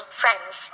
friends